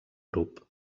grup